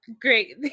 great